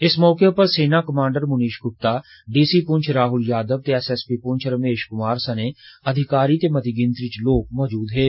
इस मौके उप्पर सेना दे commander Munish Gupta D C Poonch Rahul Yadav ते S S P Poonch Ramesh Kumar सनें अधिकारी ते मती गिनतरी च लोक मौजूद हे